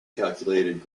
calculated